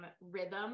rhythm